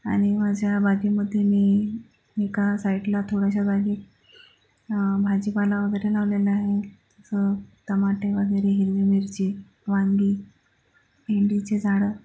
आणि माझ्या बागेमध्ये मी एका साईटला थोड्याशा जागी भाजीपाला वगैरे लावलेलं आहे असं टमाटे वगैरे हिरवी मिर्ची वांगी भेंडीचे झाडं